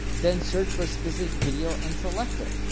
then search for specific video and select it.